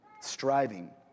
striving